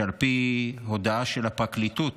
שעל פי הודעה של הפרקליטות